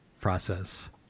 process